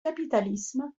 capitalisme